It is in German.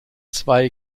zwei